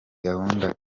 gahunda